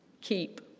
Keep